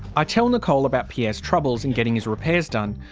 ah tell nicole about pierre's troubles in getting his repairs done.